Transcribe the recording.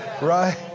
Right